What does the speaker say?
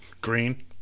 green